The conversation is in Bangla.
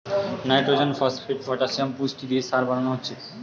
নাইট্রজেন, ফোস্টফেট, পটাসিয়াম পুষ্টি দিয়ে সার বানানা হচ্ছে